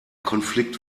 konflikt